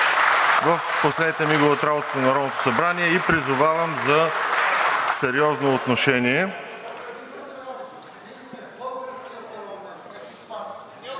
в последните мигове от работата на Народното събрание и призовавам за сериозно отношение.